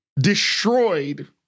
destroyed